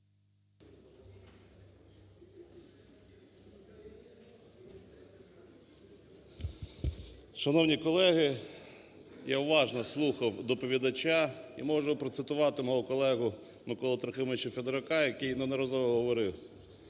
Шановні колеги, я уважно слухав доповідача і можу процитувати мого колегу Миколу Трохимовича Федорука, який неодноразово говорив,